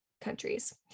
countries